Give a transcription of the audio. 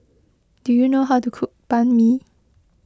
do you know how to cook Banh Mi